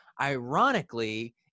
Ironically